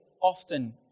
often